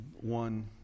one